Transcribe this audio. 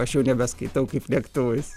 aš jau nebeskaitau kaip lėktuvais